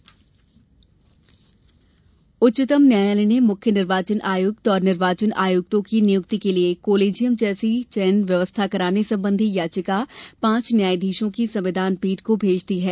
उच्चतम न्यायालय निर्वाचन आयोग उच्चतम न्यायालय ने मुख्य निर्वाचन आयुक्त और निर्वाचन आयुक्तों की नियुक्ति के लिए कोलिजियम जैसी चयन व्यवस्था कराने संबंधी याचिका पांच न्यायाधीशों की संविधान पीठ को भेज दी है